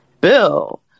bill